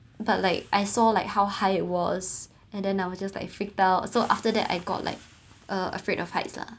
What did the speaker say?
but like I saw like how high it was and then I will just like freaked out so after that I got like uh afraid of heights lah